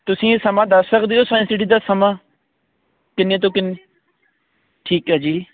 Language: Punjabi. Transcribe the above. ਤੁਸੀਂ ਇਹ ਸਮਾਂ ਦੱਸ ਸਕਦੇ ਹੋ ਸਾਇੰਸ ਸਿਟੀ ਦਾ ਸਮਾਂ ਕਿੰਨੇ ਤੋਂ ਕਿੰਨੇ ਠੀਕ ਹੈ ਜੀ